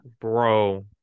Bro